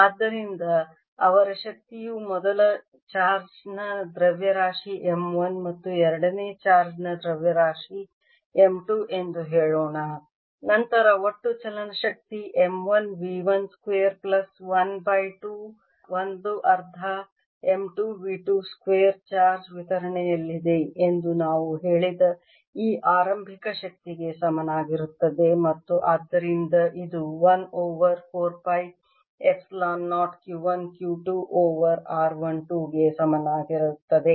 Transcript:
ಆದ್ದರಿಂದ ಅವರ ಶಕ್ತಿಯು ಮೊದಲ ಚಾರ್ಜ್ ನ ದ್ರವ್ಯರಾಶಿ m 1 ಮತ್ತು ಎರಡನೇ ಚಾರ್ಜ್ ನ ದ್ರವ್ಯರಾಶಿ m 2 ಎಂದು ಹೇಳೋಣ ನಂತರ ಒಟ್ಟು ಚಲನ ಶಕ್ತಿ m 1 v 1 ಸ್ಕ್ವೇರ್ ಪ್ಲಸ್ 1 ಅರ್ಧ m 2 v 2 ಸ್ಕ್ವೇರ್ ಚಾರ್ಜ್ ವಿತರಣೆಯಲ್ಲಿದೆ ಎಂದು ನಾವು ಹೇಳಿದ ಈ ಆರಂಭಿಕ ಶಕ್ತಿಗೆ ಸಮಾನವಾಗಿರುತ್ತದೆ ಮತ್ತು ಆದ್ದರಿಂದ ಇದು 1 over 4 pi epsilon 0 Q 1 Q 2 over r 1 2 ಗೆ ಸಮಾನವಾಗಿರುತ್ತದೆ